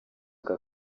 aka